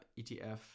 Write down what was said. ETF